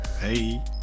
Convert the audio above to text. Hey